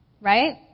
right